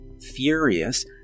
furious